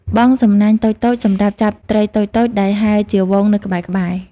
បង់សំណាញ់តូចៗ សម្រាប់ចាប់ត្រីតូចៗដែលហែលជាហ្វូងនៅក្បែរៗ។